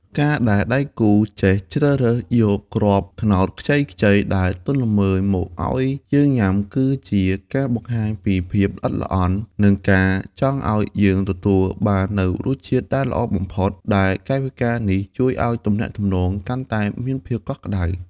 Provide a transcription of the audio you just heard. ការដែលដៃគូចេះជ្រើសរើសយកគ្រាប់ត្នោតខ្ចីៗដែលទន់ល្មើយមកឱ្យយើងញ៉ាំ គឺជាការបង្ហាញពីភាពល្អិតល្អន់ និងការចង់ឱ្យយើងទទួលបាននូវរសជាតិដែលល្អបំផុត ដែលកាយវិការនេះជួយឱ្យទំនាក់ទំនងកាន់តែមានភាពកក់ក្ដៅ។